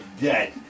dead